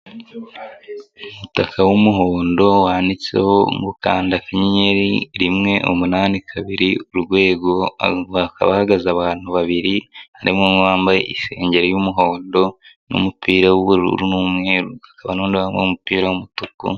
Umutaka w'umuhondo wanditseho mukande akanyenyeri rimwe umunani kabiri urwego, hakaba hahagaze abantu babiri harimo uwambaye isenge y'umuhondo n'umupira w'ubururu n'umweru, hakaba nundi wambaye umupira w'umutuku.